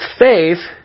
faith